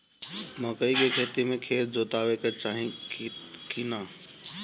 मकई के खेती मे खेत जोतावे के चाही किना?